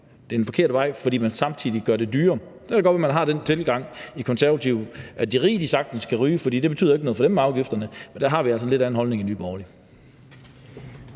Det er den forkerte vej, fordi man samtidig gør det dyrere. Så kan det godt være, at man har den tilgang i Konservative, at de rige sagtens kan ryge, for det betyder jo ikke noget for dem med afgifterne, men der har vi altså en lidt anden holdning i Nye Borgerlige.